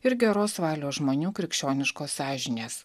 ir geros valios žmonių krikščioniškos sąžinės